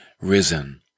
risen